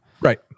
Right